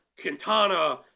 Quintana